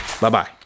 Bye-bye